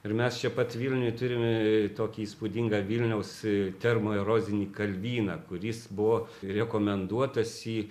ir mes čia pat vilniuj turim tokį įspūdingą vilniaus termo erozinį kalvyną kuris buvo rekomenduotas į